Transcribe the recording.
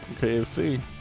KFC